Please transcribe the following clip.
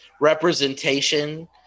representation